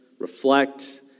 Reflect